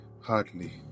Hardly